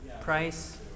Price